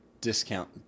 discount